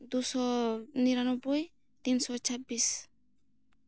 ᱫᱩ ᱥᱚ ᱱᱤᱨᱟᱱᱚᱵᱽᱵᱚᱭ ᱛᱤᱱ ᱥᱚ ᱪᱷᱟᱵᱽᱵᱤᱥ